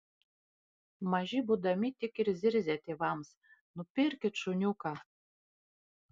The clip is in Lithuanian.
maži būdami tik ir zirzia tėvams nupirkit šuniuką